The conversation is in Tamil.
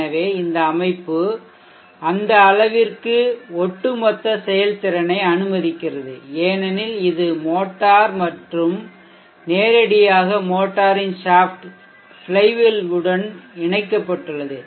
எனவே இந்த அமைப்பு அந்த அளவிற்க்கு ஒட்டுமொத்த செயல்திறனை அனுமதிக்கிறது ஏனெனில் இது மோட்டார் மற்றும் நேரடியாக மோட்டரின் ஷாஃப்ட் ஃப்ளைவீல் உடன் இணைக்கப்பட்டுள்ளது